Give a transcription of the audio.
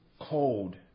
cold